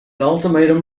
ultimatum